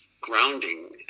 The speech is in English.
grounding